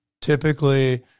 Typically